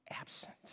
Absent